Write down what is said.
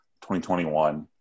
2021